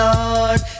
Lord